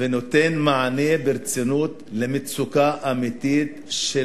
ונותן מענה ברצינות למצוקה אמיתית של